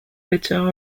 bitter